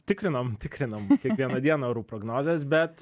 tikrinam tikrinam kiekvieną dieną orų prognozes bet